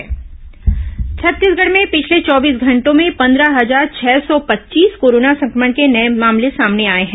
corona मरीज छत्तीसगढ़ में पिछले चौबीस घंटों में पन्दह हजार छह सौ पच्चीस कोरोना संक्रमण के नए मामले सामने आए हैं